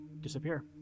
disappear